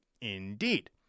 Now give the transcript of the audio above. indeed